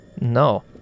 no